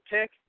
pick